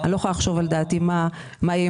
אני לא יכולה להעלות על דעתי מה יהי האם